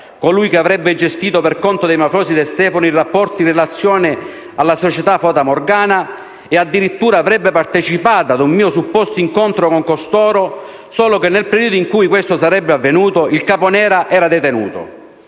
colui che avrebbe gestito per conto dei mafiosi De Stefano i rapporti in relazione alla società Fata Morgana, e addirittura avrebbe partecipato ad un mio supposto incontro con costoro, solo che nel periodo in cui questo sarebbe avvenuto il Caponera era detenuto,